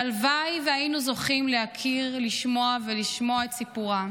שהלוואי שהיינו זוכים להכיר ולשמוע את סיפורם.